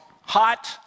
hot